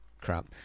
crap